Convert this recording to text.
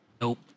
nope